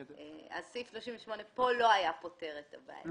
סעיף 38 פה לא היה פותר את הבעיה.